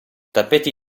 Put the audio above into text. tappeti